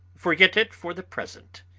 forget it for the present.